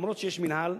שאף שיש מינהל,